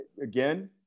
Again